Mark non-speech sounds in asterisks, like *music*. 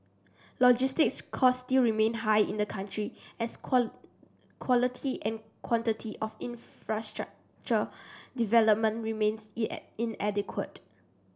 logistics costs still remain high in the country as *unintelligible* quality and quantity of infrastructure *unintelligible* development remains *unintelligible* inadequate